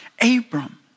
Abram